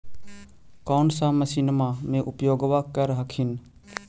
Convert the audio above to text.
कौन सा मसिन्मा मे उपयोग्बा कर हखिन?